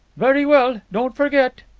very well. don't forget.